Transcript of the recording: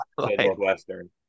Northwestern